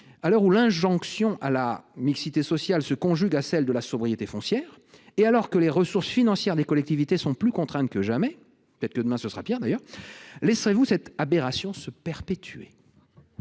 à l’heure où l’injonction à la mixité sociale se conjugue avec celle de la sobriété foncière et alors que les ressources financières des collectivités sont plus contraintes que jamais – la situation pourrait d’ailleurs empirer –, laisserez vous cette aberration se perpétuer ?